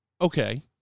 Okay